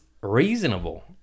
reasonable